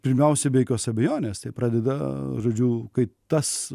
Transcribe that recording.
pirmiausia be jokios abejonės tai pradeda žodžiu kai tas